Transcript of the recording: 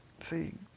See